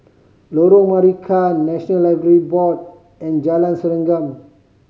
Lorong Marican National Library Board and Jalan Serengam